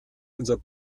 unser